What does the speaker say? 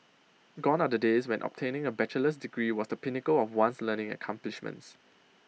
gone are the days when obtaining A bachelor's degree was the pinnacle of one's learning accomplishments